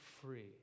free